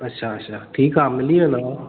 अच्छा अच्छा ठीकु आहे मिली वेंदव